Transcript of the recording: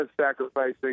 sacrificing